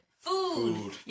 Food